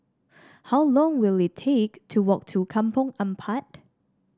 how long will it take to walk to Kampong Ampat